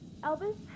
Elvis